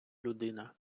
людина